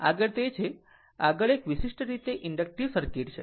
આગળ તે છે આગળ એક વિશિષ્ટ રીતે ઇન્ડકટીવ સર્કિટ છે